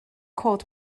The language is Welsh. cod